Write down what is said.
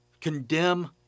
condemn